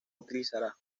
utilizará